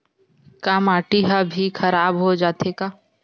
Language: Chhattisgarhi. का माटी ह भी खराब हो जाथे का?